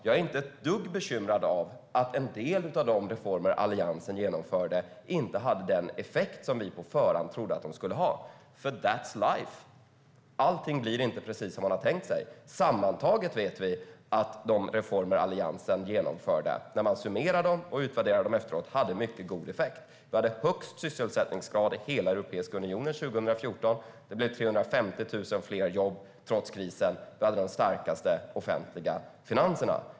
Jag är inte ett dugg bekymrad över att en del av de reformer som Alliansen genomförde inte hade den effekt som vi på förhand trodde att de skulle ha. That's life - allting blir inte precis som man har tänkt sig. Sammantaget vet vi, efter summering och utvärdering, att de reformer Alliansen genomförde hade mycket god effekt. Vi hade högst sysselsättningsgrad i hela Europeiska unionen 2014, det blev 350 000 fler jobb, trots krisen, och vi hade de starkaste offentliga finanserna.